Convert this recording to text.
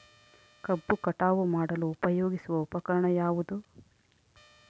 ಕಬ್ಬು ಕಟಾವು ಮಾಡಲು ಉಪಯೋಗಿಸುವ ಉಪಕರಣ ಯಾವುದು?